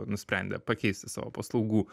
nusprendė pakeisti savo paslaugų